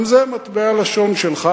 גם זה מטבע לשון שלך,